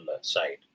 side